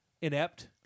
inept